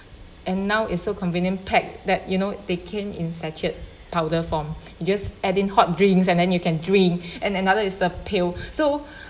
and now it's so convenient packed that you know they came in satchet powder form you just add in hot drinks and then you can drink and another is the pill so